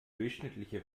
durchschnittliche